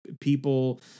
people